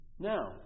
now